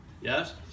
Yes